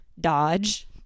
dodge